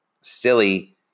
silly